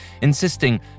insisting